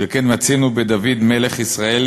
שכן מצינו בדוד מלך ישראל,